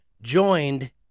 joined